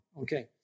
Okay